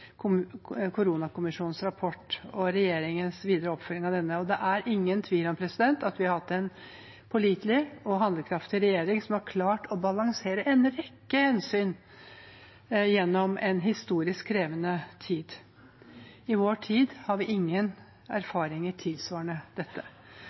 koronakommisjonens rapport og regjeringens videre oppfølging av denne. Det er ingen tvil om at vi har hatt en pålitelig og handlekraftig regjering som har klart å balansere en rekke hensyn gjennom en historisk krevende tid. I vår tid har vi ingen